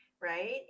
right